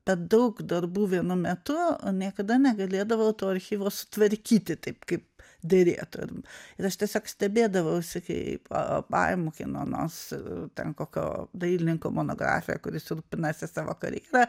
daug darbų vienu metu niekada negalėdavau to archyvo sutvarkyti taip kaip derėtų ir aš tiesiog stebėdavausi kai pa paimu ten kokio dailininko monografiją kuris rūpinasi savo karjera